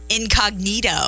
incognito